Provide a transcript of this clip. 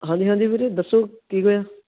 ਹਾਂਜੀ ਹਾਂਜੀ ਵੀਰੇ ਦੱਸੋ ਕੀ ਹੋਇਆ